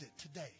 today